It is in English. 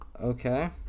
Okay